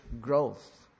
Growth